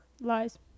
Lies